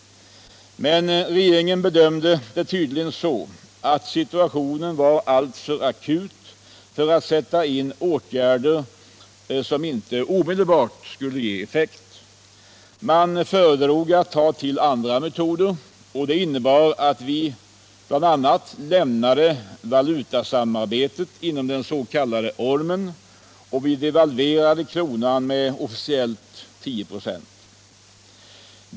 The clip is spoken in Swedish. Men regeringen bedömde det tydligen så, att situationen var alltför akut för att den skulle kunna sätta in åtgärder som inte omedelbart skulle ge effekt. Man föredrog att ta till andra metoder, och det innebar bl.a. att vi lämnade valutasamarbetet inom den s.k. ormen och devalverade kronan med officiellt 10 96.